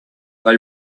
they